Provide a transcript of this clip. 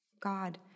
God